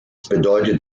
bedeutet